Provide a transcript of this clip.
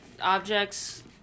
objects